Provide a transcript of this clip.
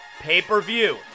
pay-per-view